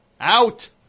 Out